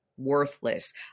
Worthless